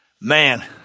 Man